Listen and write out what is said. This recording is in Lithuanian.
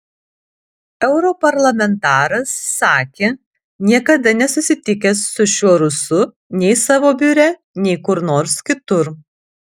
europarlamentaras sakė niekada nesusitikęs su šiuo rusu nei savo biure nei kur nors kitur